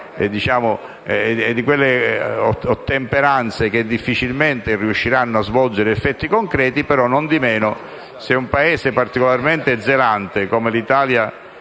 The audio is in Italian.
e di quelle ottemperanze che difficilmente riusciranno ad avere effetti concreti, non di meno se un Paese particolarmente zelante come l'Italia